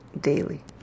daily